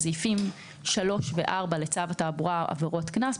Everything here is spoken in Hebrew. סעיפים 3 ו-4 לצו התעבורה עבירות קנס,